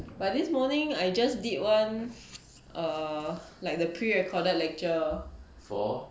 but this morning I just did one err like the pre recorded lecture